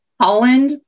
Holland